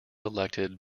elected